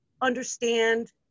understand